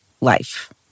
life